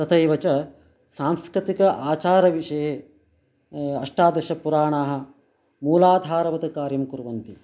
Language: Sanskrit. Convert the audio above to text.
तथैव च सांस्कृतिक आचारविषये अष्टादशपुराणानि मूलाधारवत् कार्यं कुर्वन्ति